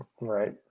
Right